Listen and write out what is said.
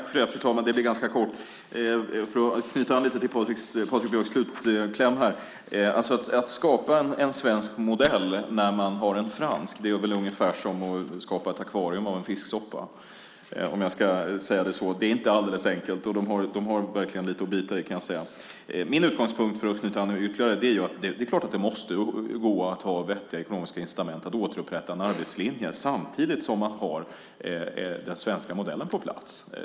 Fru talman! Det blir ganska kort. För att knyta an lite till Patrik Björcks slutkläm: Att skapa en svensk modell när man har en fransk är väl ungefär som att skapa ett akvarium av en fisksoppa, om jag ska säga det så. Det är inte alldeles enkelt. De har verkligen lite att bita i, kan jag säga. Min utgångspunkt, för att knyta an ytterligare, är att det måste gå att ha vettiga ekonomiska incitament att återupprätta en arbetslinje samtidigt som man har den svenska modellen på plats.